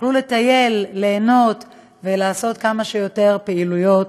שיוכלו לטייל, ליהנות ולעשות כמה שיותר פעילויות,